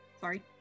Sorry